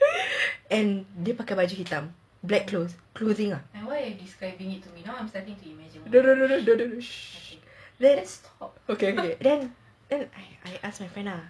and dia pakai baju black clothes clothing don't don't don't don't then okay okay then I ask my friend lah